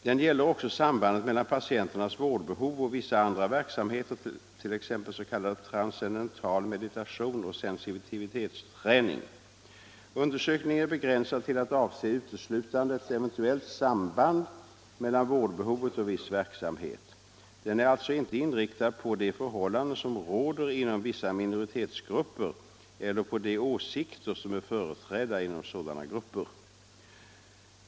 Den gäller också sambandet mellan patienternas vårdbehov och vissa andra verksamheter, t.ex. s.k. transcendental meditation och sensitivitetsträning. Undersökningen är begränsad till att avse uteslutande ett eventuellt samband mellan vårdbehovet och viss verksamhet. Den är alltså inte inriktad på de förhållanden som råder inom vissa minoritetsgrupper eller på de åsikter som är företrädda inom sådana grupper.